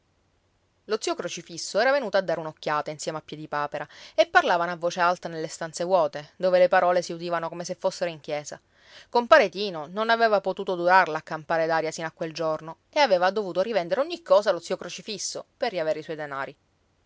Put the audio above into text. lo zio crocifisso era venuto a dare un'occhiata insieme a piedipapera e parlavano a voce alta nelle stanze vuote dove le parole si udivano come se fossero in chiesa compare tino non aveva potuto durarla a campare d'aria sino a quel giorno e aveva dovuto rivendere ogni cosa allo zio crocifisso per riavere i suoi denari